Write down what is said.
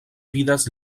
vidas